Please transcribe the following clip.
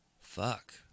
fuck